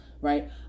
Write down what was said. right